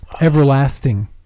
Everlasting